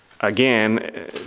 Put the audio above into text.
again